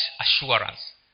assurance